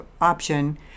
option